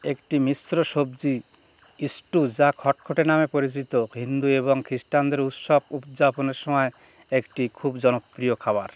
একটি মিশ্র সবজি স্টু যা খটখটে নামে পরিচিত হিন্দু এবং খিস্টানদের উৎসব উদযাপনের সময় একটি খুব জনপ্রিয় খাবার